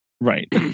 Right